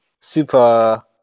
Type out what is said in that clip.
super